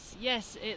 Yes